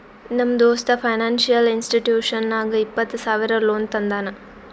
ನಮ್ ದೋಸ್ತ financial institution ನಾಗ್ ಇಪ್ಪತ್ತ ಸಾವಿರ ಲೋನ್ ತಂದಾನ್